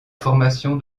formation